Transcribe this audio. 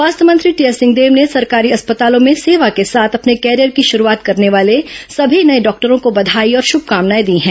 स्वास्थ्य मंत्री टीएस सिंहदेव ने सरकारी अस्पतालों में सेवा के साथ अपने कैरियर की शुरूआत करने वाले सभी नये डॉक्टरों को बधाई और शभकामनाएं दी हैं